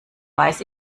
weiß